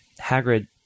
Hagrid